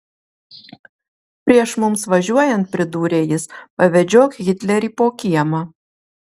prieš mums važiuojant pridūrė jis pavedžiok hitlerį po kiemą